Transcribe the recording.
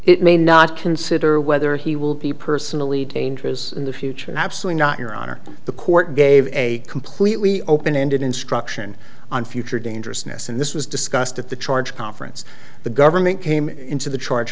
it may not consider whether he will be personally dangerous in the future absolutely not your honor the court gave a completely open ended instruction on future dangerousness and this was discussed at the charge conference the government came into the charge